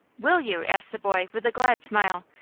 will you? asked the boy, with a glad smile.